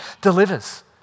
delivers